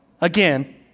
Again